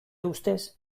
ustez